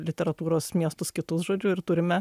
literatūros miestus kitus žodžiu ir turime